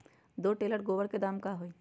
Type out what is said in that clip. दो टेलर गोबर के दाम का होई?